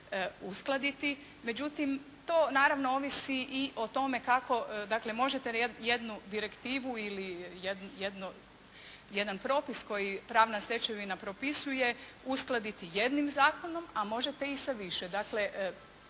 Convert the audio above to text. uskladiti. Međutim to naravno ovisi i o tome kako dakle možete jednu direktivu ili jedan propust koji pravna stečevina propisuje uskladiti jednim zakonom, a možete i sa više.